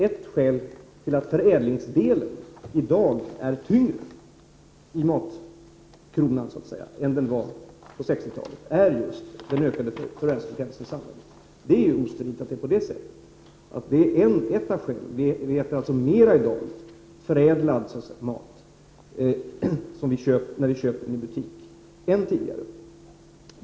Ett skäl till att förädlingsdelen av matkronan i dag är tyngre än den var på 60-talet är just den ökade förvärvsfrekvensen i samhället. Vi äter mer förädlad mat i dag, som vi köper i butik, än vi gjorde tidigare.